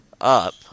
Up